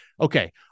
Okay